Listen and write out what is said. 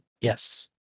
Yes